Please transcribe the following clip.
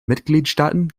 mitgliedstaaten